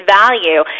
value